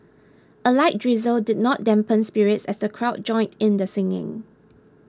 a light drizzle did not dampen spirits as the crowd joined in the singing